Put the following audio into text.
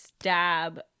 stab